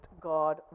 God